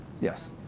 yes